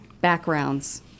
backgrounds